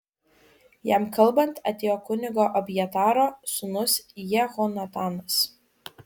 jam kalbant atėjo kunigo abjataro sūnus jehonatanas